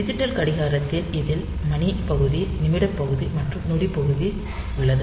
digital கடிகாரத்தில் இதில் மணி பகுதி நிமிட பகுதி மற்றும் நொடி பகுதி உள்ளது